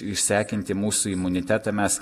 išsekinti mūsų imunitetą mes